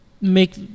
make –